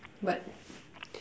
but